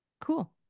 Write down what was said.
cool